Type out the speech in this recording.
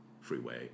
freeway